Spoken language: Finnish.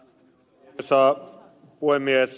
arvoisa puhemies